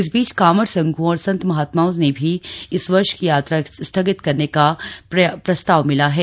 इस बीच कांवड़ संघों और संत महात्माओ से भी इस वर्ष की यात्रा स्थगित करने का भी प्रस्ताव मिला है